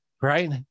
right